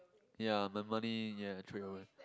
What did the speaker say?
yea my money yea I threw it away